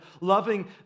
loving